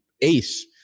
ace